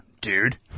Dude